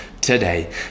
today